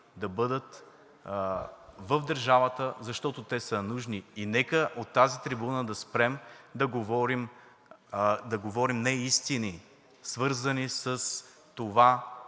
да бъдат в държавата, защото те са нужни. Нека от тази трибуна да спрем да говорим неистини, свързани с това,